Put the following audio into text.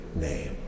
name